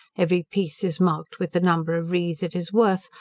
every piece is marked with the number of rees it is worth,